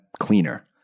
cleaner